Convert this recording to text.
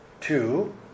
Two